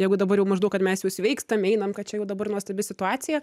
jeigu dabar jau maždaug kad mes jau sveikstam einam kad čia jau dabar nuostabi situacija